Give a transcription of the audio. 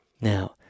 Now